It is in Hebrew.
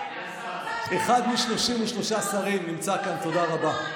תמשיך לדבר.